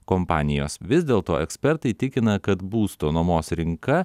kompanijos vis dėlto ekspertai tikina kad būsto nuomos rinka